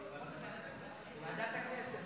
זאת לא ועדת הכנסת.